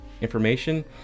information